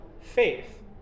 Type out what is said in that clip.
faith